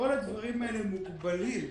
כל הדברים האלה מוגבלים,